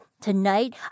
Tonight